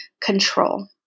control